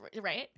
right